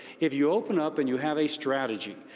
if you open up and you have a strategy,